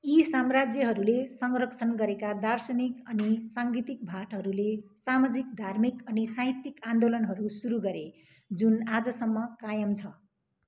यी साम्राज्यहरूले संरक्षण गरेका दार्शनिक अनि साङ्गीतिक भाटहरूले सामाजिक धार्मिक अनि साहित्यिक आन्दोलनहरू सुरु गरे जुन आजसम्म कायम छ